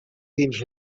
dins